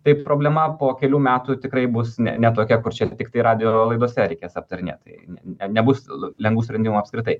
taip problema po kelių metų tikrai bus ne tokia kur čia tiktai radijo laidose reikės aptarinėt tai nebus lengvų sprendimų apskritai